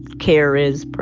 care is,